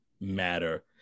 matter